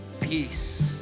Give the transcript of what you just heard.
peace